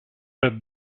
per